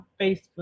Facebook